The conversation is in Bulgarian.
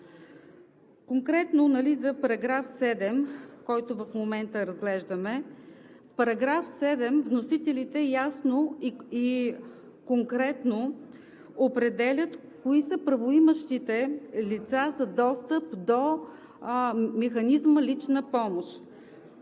Конкретно за § 7, който в момента разглеждаме. В § 7 вносителите ясно и конкретно определят кои са правоимащите лица за достъп до механизма „лична помощ“.